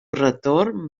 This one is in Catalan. retorn